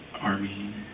army